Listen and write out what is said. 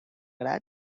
graz